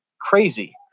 crazy